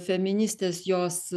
feministės jos